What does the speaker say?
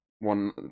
One